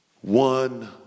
one